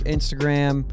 Instagram